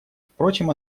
впрочем